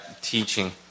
teaching